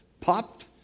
popped